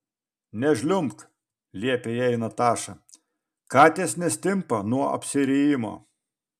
nežliumbk liepė jai nataša katės nestimpa nuo apsirijimo